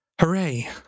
Hooray